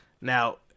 Now